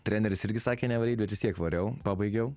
treneris irgi sakė nevaryt bet vis tiek variau pabaigiau